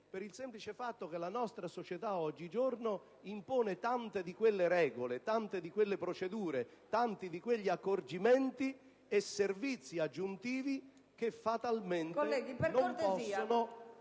per il semplice fatto che la nostra società oggigiorno impone tante di quelle regole, tante di quelle procedure, tanti di quegli accorgimenti e servizi aggiuntivi che fatalmente non possono